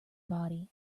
body